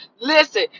Listen